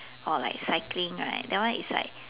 or like cycling right that one is like